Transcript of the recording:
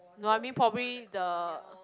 no I mean probably the